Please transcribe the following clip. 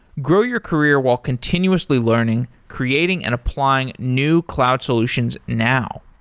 grow your career while continuously learning, creating and applying new cloud solutions now.